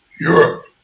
Europe